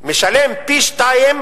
משלם פי-שניים